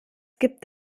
gibt